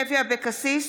אבקסיס,